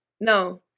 no